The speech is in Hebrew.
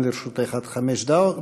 גם לרשותך עד חמש דקות.